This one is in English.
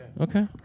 Okay